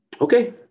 Okay